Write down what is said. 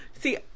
See